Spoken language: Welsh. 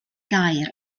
gair